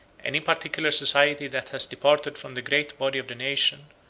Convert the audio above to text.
any particular society that has departed from the great body of the nation,